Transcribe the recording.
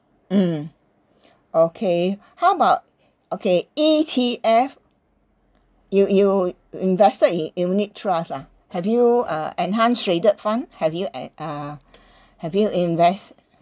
mm okay how about okay E_T_F you you invested in unit trust ah have you uh enhance traded fund have you eh uh have you invest